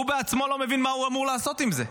הוא בעצמו לא מבין מה הוא אמור לעשות עם זה.